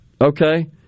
okay